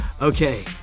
Okay